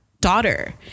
daughter